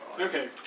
Okay